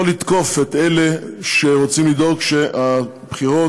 לתקוף את אלה שרוצים לדאוג שהבחירות